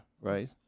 right